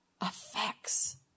affects